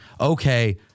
okay